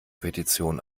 petition